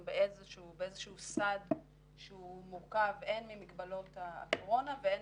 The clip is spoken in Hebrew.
אנחנו באיזה שהוא סד שהוא מורכב הן ממגבלות הקורונה והן